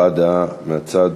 הבעת דעה מהצד.